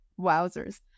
wowzers